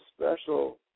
special